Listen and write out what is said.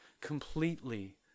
completely